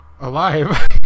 alive